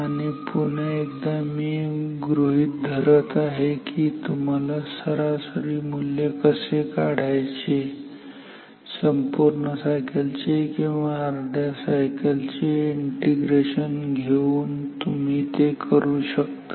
आणि पुन्हा एकदा मी गृहीत धरत आहे की तुम्हाला सरासरी मूल्य कसे काढायचे संपूर्ण सायकलचे किंवा अर्ध्या सायकलचे इंटिग्रेशन घेऊन तुम्ही ते करू शकता